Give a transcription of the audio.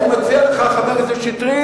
אני מציע לך, חבר הכנסת שטרית,